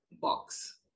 box